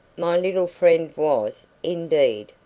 my little friend was, indeed,